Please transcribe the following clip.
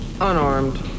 Unarmed